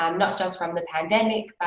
um not just from the pandemic,